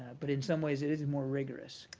but in some ways it is more rigorous